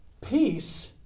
Peace